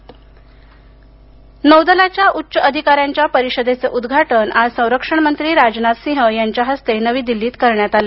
नौदल परिषद नौदलाच्या उच्च अधिकाऱ्यांच्या परिषदेचं उद्घाटन आज संरक्षण मंत्री राजनाथ सिंह यांच्या हस्ते नवी दिल्लीत करण्यात आलं